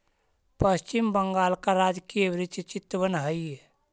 पश्चिम बंगाल का राजकीय वृक्ष चितवन हई